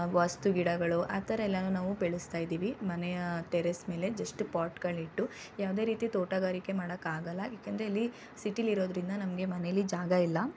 ವಾಸ್ತು ಗಿಡಗಳು ಆ ಥರ ಎಲ್ಲನೂ ನಾವು ಬೆಳೆಸ್ತಾಯಿದೀವಿ ಮನೆಯ ಟೆರೇಸ್ ಮೇಲೆ ಜಸ್ಟ್ ಪಾಟುಗಳ್ನಿಟ್ಟು ಯಾವುದೇ ರೀತಿ ತೋಟಗಾರಿಕೆ ಮಾಡೋಕ್ಕಾಗಲ್ಲ ಯಾಕೆಂದರೆ ಇಲ್ಲಿ ಸಿಟಿಲಿರೋದರಿಂದ ನಮಗೆ ಮನೆಯಲ್ಲಿ ಜಾಗ ಇಲ್ಲ